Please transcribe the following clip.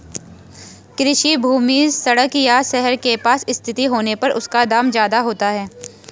कृषि भूमि सड़क या शहर के पास स्थित होने पर उसका दाम ज्यादा होता है